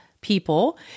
people